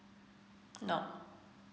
nope